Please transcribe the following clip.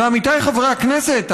ועמיתיי חברי הכנסת,